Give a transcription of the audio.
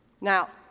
Now